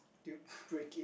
did you break it